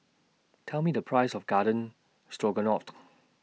Tell Me The Price of Garden Stroganoff